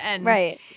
Right